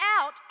out